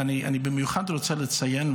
ואני במיוחד רוצה לציין,